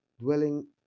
dwelling